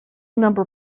number